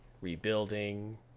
Rebuilding